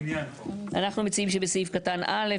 אנחנו מציעים שבסעיף קטן (א),